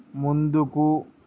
ముందుకు